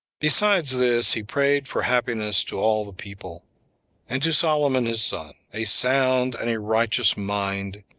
besides this, he prayed for happiness to all the people and to solomon his son, a sound and a righteous mind,